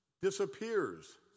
disappears